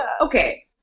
okay